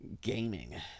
gaming